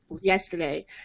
yesterday